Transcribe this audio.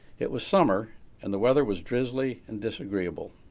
it was summer and the weather was drizzly and disagreeable.